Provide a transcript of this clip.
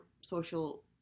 social